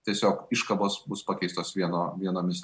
tiesiog iškabos bus pakeistos vieno vienomis